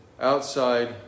outside